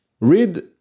Read